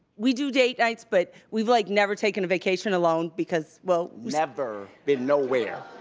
we do date nights, but we've like never taken a vacation alone because, well never, been nowhere,